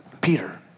Peter